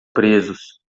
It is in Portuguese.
presos